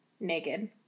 naked